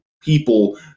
people